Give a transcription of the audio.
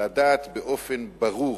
לדעת באופן ברור